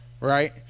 right